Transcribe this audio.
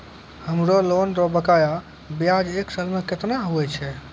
हमरो लोन रो बकाया ब्याज एक साल मे केतना हुवै छै?